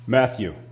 Matthew